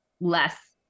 less